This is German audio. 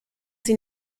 sie